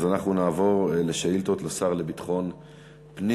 אנחנו נעבור לשאילתות לשר לביטחון פנים.